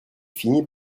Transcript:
finit